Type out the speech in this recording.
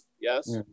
Yes